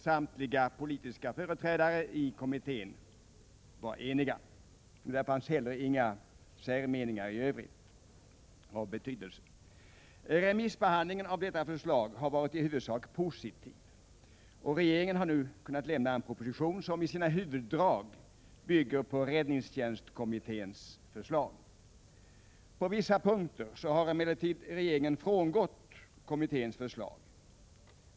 Samtliga politiska företrädare i kommittén var eniga. Där fanns heller icke i övrigt särmeningar av betydelse. Remissbehandlingen av detta förslag har varit i huvudsak positiv, och regeringen har nu kunnat lämna en proposition som i sina huvuddrag bygger på räddningstjänstkommitténs förslag. På vissa viktiga punkter har emellertid regeringen frångått räddningstjänstkommitténs förslag.